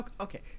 Okay